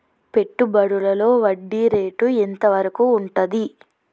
పెట్టుబడులలో వడ్డీ రేటు ఎంత వరకు ఉంటది?